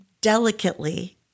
delicately